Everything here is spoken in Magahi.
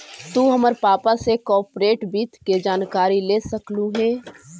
तु हमर पापा से कॉर्पोरेट वित्त के जानकारी ले सकलहुं हे